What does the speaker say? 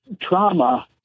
Trauma